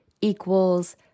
equals